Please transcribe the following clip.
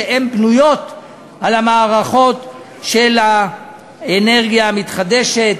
שהן מערכות של אנרגיה מתחדשת,